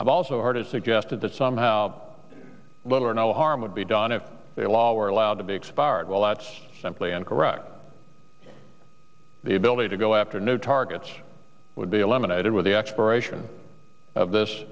i've also heard it suggested that some help little or no harm would be done if they law were allowed to be expired well that's simply incorrect the ability to go after new targets would be eliminated with the expiration of this